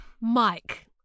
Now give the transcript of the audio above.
Mike